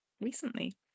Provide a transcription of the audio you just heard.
recently